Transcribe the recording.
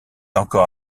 encore